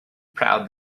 proud